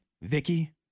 Vicky